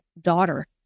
daughter